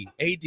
AD